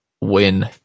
win